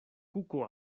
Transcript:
kuko